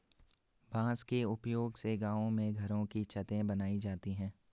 बांस के उपयोग से गांव में घरों की छतें बनाई जाती है